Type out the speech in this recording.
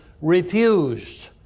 refused